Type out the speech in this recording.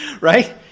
Right